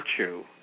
virtue